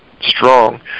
strong